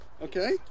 Okay